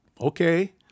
Okay